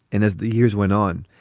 and as the years went on,